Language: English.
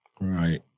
Right